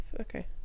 Okay